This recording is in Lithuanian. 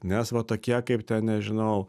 nes va tokie kaip ten nežinau